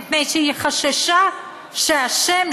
מפני שהיא חששה שהשם,